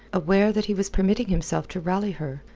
aware that he was permitting himself to rally her,